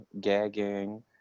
gagging